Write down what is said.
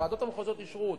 הוועדות המחוזיות אישרו אותה,